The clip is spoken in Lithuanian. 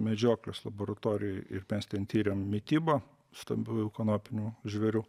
medžioklės laboratorijoj ir mes ten tyrėm mitybą stambiųjų kanopinių žvėrių